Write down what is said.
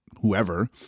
whoever